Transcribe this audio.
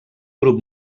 grup